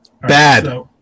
Bad